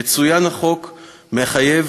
יצוין שהחוק מחייב